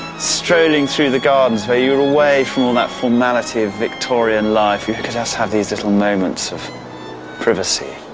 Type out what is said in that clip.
strolling through the gardens where you away from all that formality of victorian life, you could just have these little moments of privacy.